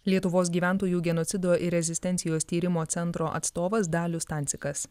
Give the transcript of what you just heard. lietuvos gyventojų genocido ir rezistencijos tyrimo centro atstovas dalius stancikas